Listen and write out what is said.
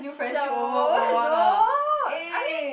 so no~ I mean